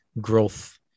growth